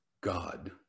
God